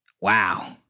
wow